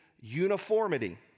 uniformity